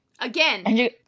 Again